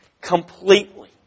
Completely